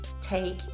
Take